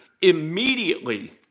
immediately